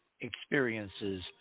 experiences